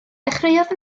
dechreuodd